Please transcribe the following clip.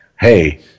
Hey